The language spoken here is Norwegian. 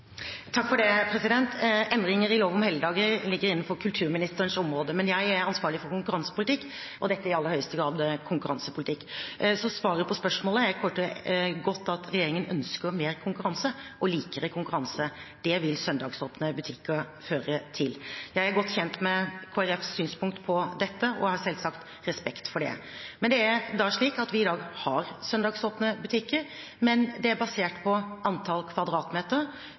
Endringer i lov om helligdager ligger innenfor kulturministerens område, men jeg er ansvarlig for konkurransepolitikk, og dette er i aller høyeste grad konkurransepolitikk. Så svaret på spørsmålet er kort og godt at regjeringen ønsker mer konkurranse og likere konkurranse. Det vil søndagsåpne butikker føre til. Jeg er godt kjent med Kristelig Folkepartis synspunkt på dette og har selvsagt respekt for det. Det er slik at vi i dag har søndagsåpne butikker, men det er basert på antall